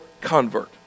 convert